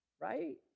right